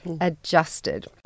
adjusted